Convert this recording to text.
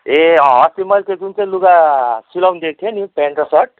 ए अँ अस्ति मैले त्यो जुन चाहिँ लुगा सिलाउनु दिएको थिएँ नि पेन्ट र सर्ट